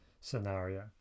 scenario